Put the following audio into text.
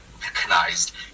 mechanized